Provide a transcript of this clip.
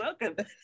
welcome